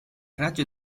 raggio